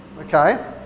okay